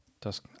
das